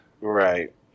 Right